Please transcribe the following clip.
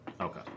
Okay